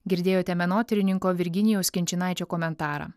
girdėjote menotyrininko virginijaus kinčinaičio komentarą